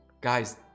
Guys